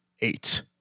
eight